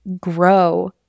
grow